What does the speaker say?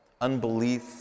unbelief